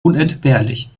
unentbehrlich